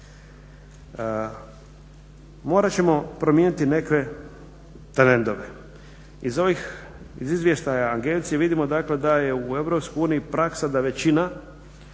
Morat ćemo promijeniti neke trendove. Iz izvještaja agencije vidimo dakle da je u EU praksa da većina